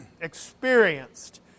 experienced